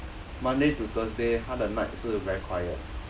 monday to thursday 他的 night 是 very quiet